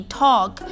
talk